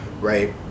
right